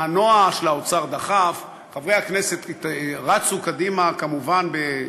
המנוע של האוצר דחף, חברי הכנסת רצו קדימה, כמובן,